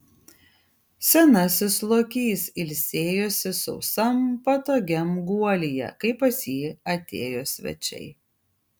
senasis lokys ilsėjosi sausam patogiam guolyje kai pas jį atėjo svečiai